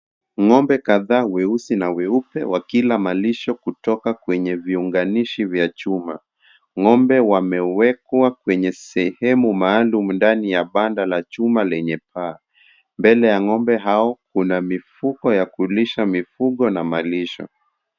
Ng'ombe kadhaa weusi na weupe wakila malisho kutoka kwenye viunganishi vya chuma, ng'ombe wamewekwa kwenye sehemu maalum ndani ya banda la chuma lenye paa, mbele ya ngombe hao kuna mifuko ya kulisha mifugo na malisho.